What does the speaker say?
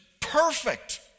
perfect